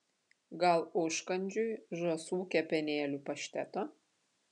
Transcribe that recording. gal užkandžiui žąsų kepenėlių pašteto